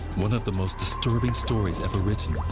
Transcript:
one of the most disturbing stories ever written.